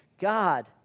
God